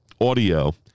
audio